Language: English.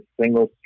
single